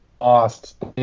lost